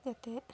ᱠᱟᱛᱮᱫ